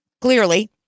Clearly